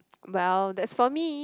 well that's for me